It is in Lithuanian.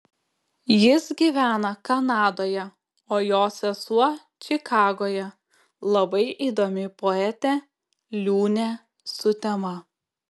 jis gyvena kanadoje o jo sesuo čikagoje labai įdomi poetė liūnė sutema